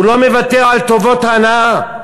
הוא לא מוותר על טובות ההנאה,